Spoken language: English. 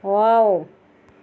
wow